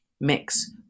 mix